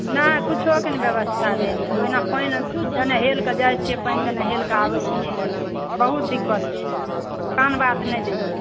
नहि कुछोक नहि व्यवस्था भेल यऽ ओहिना पानि देने हेलकऽ जाइ छियै पानि देने हेलकऽ आबै छियै बहुत दिक़्क़त छै कान बात नहि दै छै